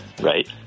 right